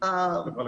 החברה